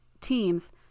teams